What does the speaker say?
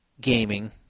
gaming